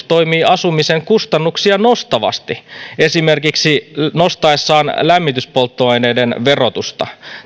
toimii asumisen kustannuksia nostavasti esimerkiksi nostaessaan lämmityspolttoaineiden verotusta